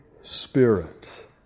Spirit